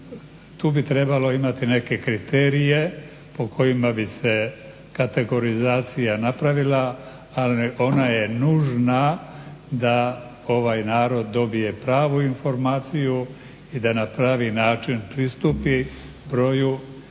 Tu bi trebalo imati neke kriterije po kojima bi se kategorizacija napravila, ali ona je nužna da ovaj narod dobije pravu informaciju i da na pravi način pristupi broju i ulozi